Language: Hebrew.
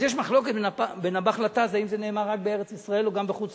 אז יש מחלוקת בין הב"ח לט"ז אם זה נאמר רק בארץ-ישראל או גם בחוץ-לארץ.